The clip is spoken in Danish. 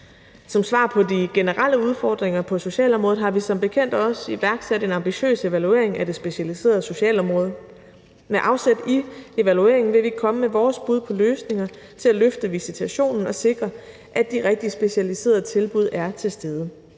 Som svar på de generelle udfordringer på socialområdet har vi som bekendt også iværksat en ambitiøs evaluering af det specialiserede socialområde. Med afsæt i evalueringen vil vi komme med vores bud på løsninger til at løfte visitationen og sikre, at de rigtige specialiserede tilbud er til stede.